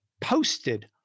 posted